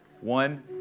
One